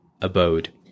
abode